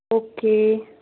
okay